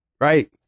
right